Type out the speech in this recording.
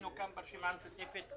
ברשימה המשותפת,